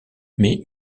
mais